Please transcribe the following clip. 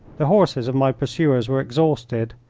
the horses of my pursuers were exhausted,